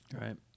right